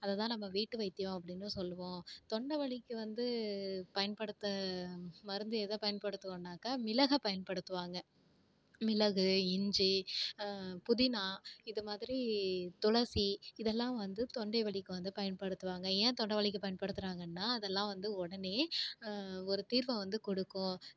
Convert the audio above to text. அதை தான் நம்ப வீட்டு வைத்தியம் அப்படின்னு சொல்லுவோம் தொண்டை வலிக்கு வந்து பயன்படுத்த மருந்து எதை பயன்படுத்துவாங்கனாக்கா மிளகைப் பயன்படுத்துவாங்க மிளகு இஞ்சி புதினா இது மாதிரி துளசி இதெல்லாம் வந்து தொண்டை வலிக்கு வந்து பயன்படுத்துவாங்க ஏன் தொண்டை வலிக்கு பயன்படுத்துறாங்கன்னால் அதெல்லாம் வந்து உடனே ஒரு தீர்ப்பை வந்து கொடுக்கும்